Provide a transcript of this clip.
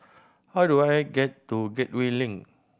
how do I get to Gateway Link